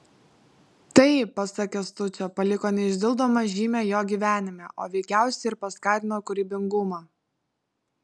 tai pasak kęstučio paliko neišdildomą žymę jo gyvenime o veikiausiai ir paskatino kūrybingumą